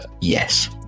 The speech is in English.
Yes